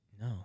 no